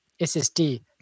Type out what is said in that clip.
SSD